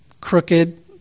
crooked